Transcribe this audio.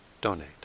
donate